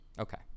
Okay